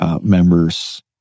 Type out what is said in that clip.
members